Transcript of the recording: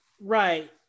right